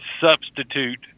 substitute